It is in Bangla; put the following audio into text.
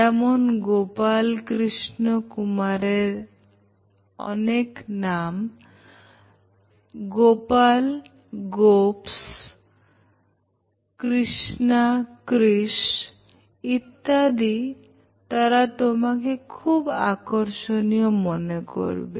যেমন গোপাল কৃষ্ণ কুমারের অনেক নাম গোপাল গপস কৃষ্ণা কৃষ ইত্যাদি তারা তোমাকে খুব আকর্ষণীয় মনে করবে